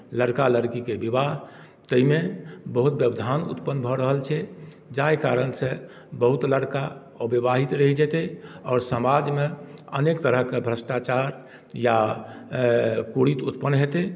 लड़का लड़कीके विवाह ताहिमे बहुत व्यवधान उत्पन्न भऽ रहल छै जाहि कारणसण बहुत लड़का अविवाहित रहि जेतै आ समाजमे अनेक तरहके भ्रष्टाचार या कुरीति उत्पन्न हेतै